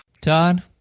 Todd